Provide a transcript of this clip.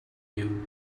you